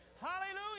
Hallelujah